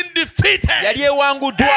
defeated